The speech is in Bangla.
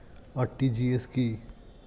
আর.টি.জি.এস কি?